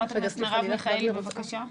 חברת הכנסת מרב מיכאלי, בבקשה.